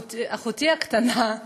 אחותי הקטנה,